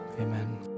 Amen